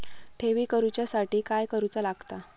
ठेवी करूच्या साठी काय करूचा लागता?